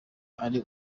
ari